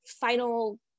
final